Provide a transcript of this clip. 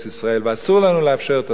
ואסור לנו לאפשר את הדבר הזה.